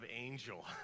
angel